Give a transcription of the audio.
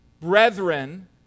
brethren